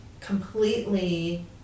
completely